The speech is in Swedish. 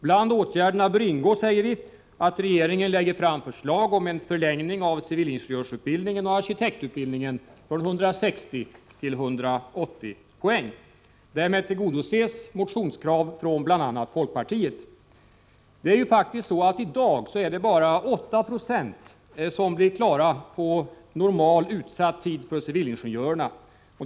Bland åtgärderna bör ingå, säger vi, att regeringen lägger fram förslag om förlängning av civilingenjörsutbildningen och arkitektutbildningen från 160 till 180 poäng. Därmed tillgodoses motionskrav från bl.a. folkpartiet. I dag blir bara 8 96 av civilingenjörerna klara på normal utsatt tid.